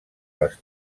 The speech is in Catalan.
les